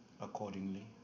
accordingly